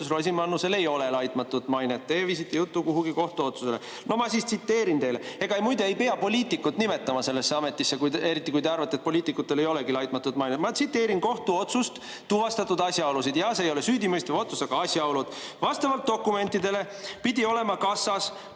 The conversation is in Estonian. Pentus-Rosimannusel ei ole laitmatut mainet. Teie viisite jutu kuhugi kohtuotsusele. No ma siis tsiteerin teile. Ega muide ei pea poliitikut nimetama sellesse ametisse, eriti kui te arvate, et poliitikutel ei olegi laitmatut mainet. Ma tsiteerin kohtuotsust, tuvastatud asjaolusid, jaa, see ei ole süüdimõistev otsus, aga asjaolud. Vastavalt dokumentidele pidi olema kassas